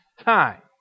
time